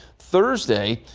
thursday.